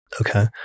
Okay